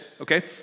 okay